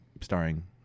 starring